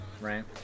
right